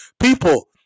People